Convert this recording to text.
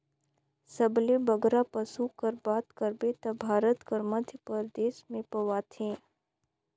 सबले बगरा पसु कर बात करबे ता भारत कर मध्यपरदेस में पवाथें